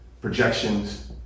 projections